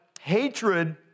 hatred